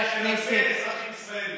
בזה אנחנו צודקים,